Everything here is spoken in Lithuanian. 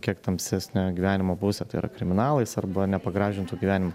kiek tamsesne gyvenimo puse tai yra kriminalais arba nepagražintu gyvenimu